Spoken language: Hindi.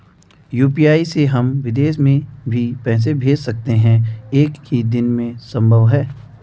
यु.पी.आई से हम विदेश में भी पैसे भेज सकते हैं एक ही दिन में संभव है?